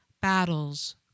battles